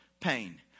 pain